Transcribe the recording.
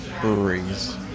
breweries